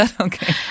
Okay